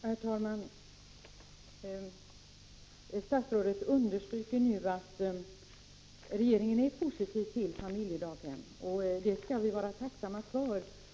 Herr talman! Statsrådet understryker nu att regeringen är positiv till familjedaghem, och det skall vi vara tacksamma för.